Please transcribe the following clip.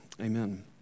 amen